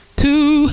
two